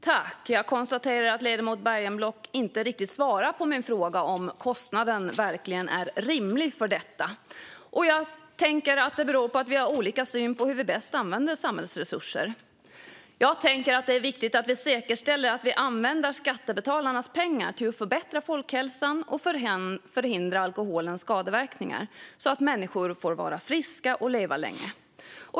Herr talman! Jag konstaterar att ledamoten Bergenblock inte riktigt svarar på min fråga om kostnaden för detta verkligen är rimlig. Jag tänker att det beror att vi har olika syn på hur vi bäst använder samhällets resurser. Jag tänker att det är viktigt att vi säkerställer att vi använder skattebetalarnas pengar till att förbättra folkhälsan och förhindra alkoholens skadeverkningar så att människor får vara friska och leva länge.